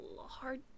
hard